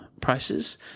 prices